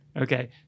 Okay